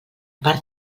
part